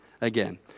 again